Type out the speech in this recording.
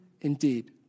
indeed